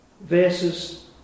verses